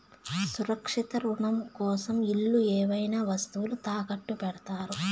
సురక్షిత రుణం కోసం ఇల్లు ఏవైనా వస్తువులు తాకట్టు పెడతారు